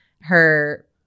her-